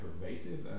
pervasive